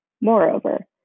moreover